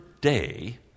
day